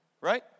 right